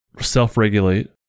self-regulate